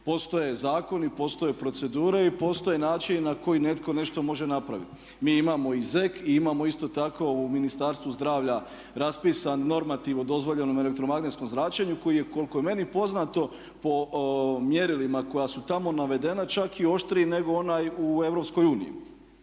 Postoje zakoni, postoje procedure i postoji način na koji netko nešto može napraviti. Mi imamo i ZEK i imamo isto tako u Ministarstvu zdravlja raspisan normativ o dozvoljenom elektromagnetskom zračenju koji je koliko je meni poznato po mjerilima koja su tamo navedena čak i oštriji nego onaj u EU.